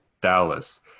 Dallas